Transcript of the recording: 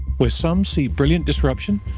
where some see brilliant disruption,